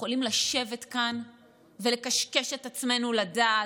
יכולים לשבת כאן ולקשקש את עצמנו לדעת,